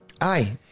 aye